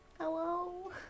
Hello